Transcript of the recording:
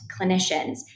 clinicians